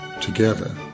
Together